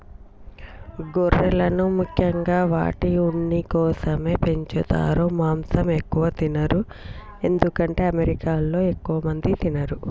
గొర్రెలను ముఖ్యంగా వాటి ఉన్ని కోసమే పెంచుతారు మాంసం ఎక్కువ తినరు ఎందుకంటే అమెరికాలో ఎక్కువ మంది తినరు